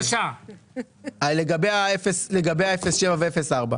לגבי ה-0.7 ו-0.4.